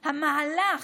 הוא מהלך,